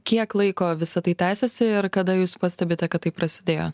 kiek laiko visa tai tęsiasi ir kada jūs pastebite kad tai prasidėjo